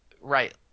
right